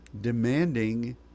demanding